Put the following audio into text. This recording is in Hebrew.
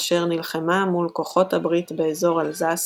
אשר נלחמה מול כוחות הברית באזור אלזס